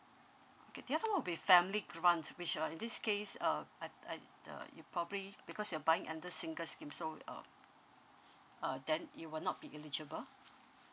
okay the other one will be family grant which err in this case uh I I uh you probably because you're buying under single scheme so uh uh then you will not be legible